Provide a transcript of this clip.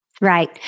Right